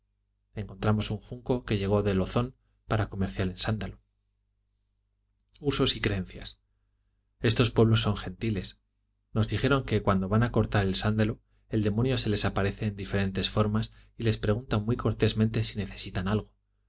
encontramos un junco que llegó de lozón para comerciar en sándalo usos y creencias estos pueblos son gentiles nos dijeron que cuando van a cortar el sándalo el demonio se les aparece en diferentes formas y les preguntan muy cortésmente si necesitan algo